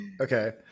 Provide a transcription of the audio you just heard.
Okay